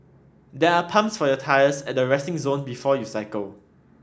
there are pumps for your tyres at the resting zone before you cycle